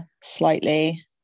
slightly